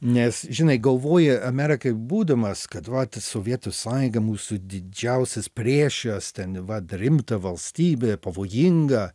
nes žinai galvoji amerikoj būdamas kad vat sovietų sąjunga mūsų didžiausias priešas ten vat rimta valstybė pavojinga